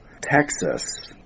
Texas